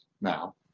now